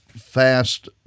fast